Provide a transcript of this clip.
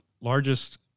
largest